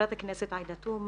חברת הכנסת עאידה תומא,